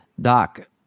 Doc